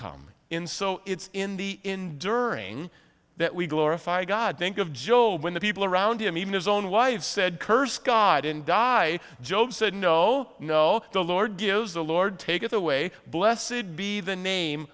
come in so it's in the enduring that we glorify god think of job when the people around him even his own wife said curse god and die job said no no the lord gives the lord taketh away bless it be the name